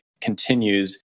continues